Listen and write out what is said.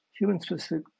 human-specific